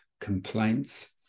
complaints